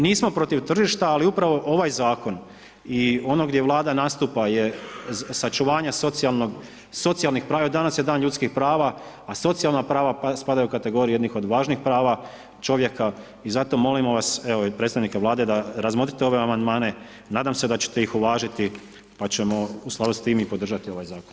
Nismo protiv tržišta ali upravo ovaj zakon i ono gdje vlada nastupa je sačuvanju socijalnih prava, danas je dan ljudskih prava, a socijalna prava, spadaju u kategoriju jednu od važnijih prava čovjeka i zato molimo vas, evo i predstavnika vlade, da razmotrite ove amandmane, nadam se da ćete ih uvažiti, pa ćemo u skladu s tim i podržati ovaj zakon.